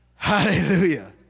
Hallelujah